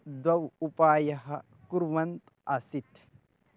द्वौ उपायः कुर्वन्त् आसीत्